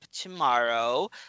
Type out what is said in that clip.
tomorrow